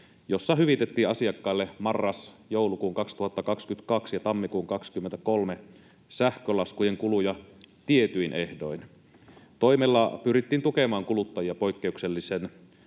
jossa hyvitettiin asiakkaille marras-joulukuun 2022 ja tammikuun 23 sähkölaskujen kuluja tietyin ehdoin. Toimella pyrittiin tukemaan kuluttajia poikkeuksellisen